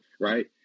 right